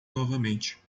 novamente